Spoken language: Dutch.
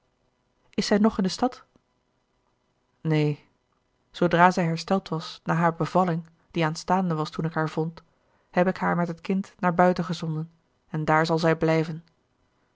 is zij nog in de stad neen zoodra zij hersteld was na haar bevalling die aanstaande was toen ik haar vond heb ik haar met het kind naar buiten gezonden en daar zal zij blijven